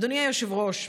אדוני היושב-ראש,